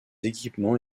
équipements